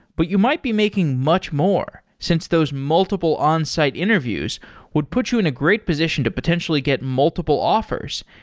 but you might be making much more since those multiple onsite interviews would put you in a great position to potentially get multiple offers,